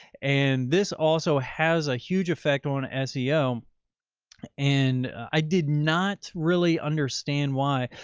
and this also has a huge effect on ah seo. and i did not really understand why.